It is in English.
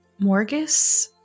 Morgus